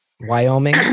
Wyoming